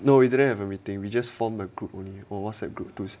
no we didn't have a meeting we just formed a group only a whatsapp group